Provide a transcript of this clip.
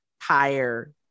higher